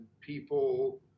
people